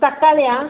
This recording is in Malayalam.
തക്കാളിയോ